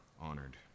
honored